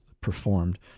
performed